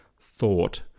thought